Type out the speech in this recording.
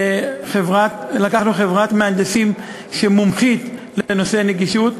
לקחנו חברת מהנדסים שמומחית לנושא נגישות.